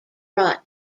brought